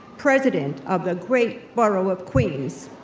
president of the great borough of queens.